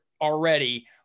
already